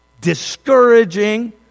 discouraging